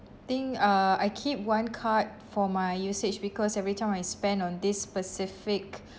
think uh I keep one card for my usage because every time I spend on this specific